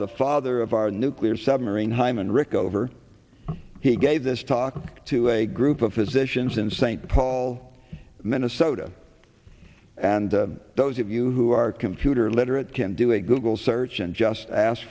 the father of our nuclear submarine hyman rickover he gave this talk to a group of physicians in st paul minnesota and those of you who are computer literate can do a google search and just ask